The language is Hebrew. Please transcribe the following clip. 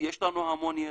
יש לנו המון ידע,